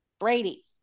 Brady